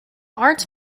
arts